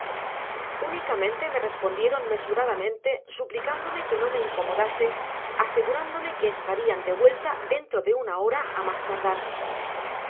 unicamente me respondieron mesuradamente suplicándome que no me incomodase asegurándome que estarian de vuelta dentro de una hora á mas tardar